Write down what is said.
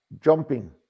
Jumping